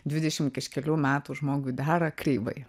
dvidešim kažkelių metų žmogui dera kreivai